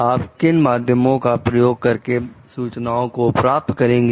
आप किन माध्यमों का प्रयोग करके सूचनाओं को प्राप्त करेंगे